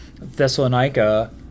Thessalonica